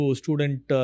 student